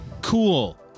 cool